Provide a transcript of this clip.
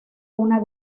una